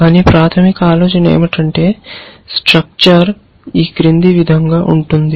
కానీ ప్రాథమిక ఆలోచన ఏమిటంటే స్ట్రక్చర్ ఈ క్రింది విధంగా ఉంటుంది